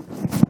בבקשה.